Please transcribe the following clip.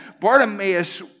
Bartimaeus